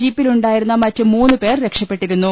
ജീപ്പിലുണ്ടായിരുന്ന മറ്റ് മൂന്നുപേർ രക്ഷപ്പെട്ടിരുന്നു